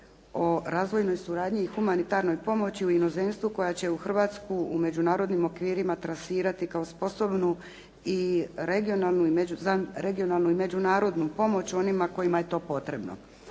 o razvojnoj suradnji i humanitarnoj pomoći inozemstvu koja će u Hrvatsku u međunarodnim okvirima trasirati kao sposobnu i regionalnu i međunarodnu pomoć onima kojima je to potrebno.